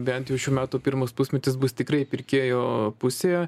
bent jau šių metų pirmas pusmetis bus tikrai pirkėjo pusėje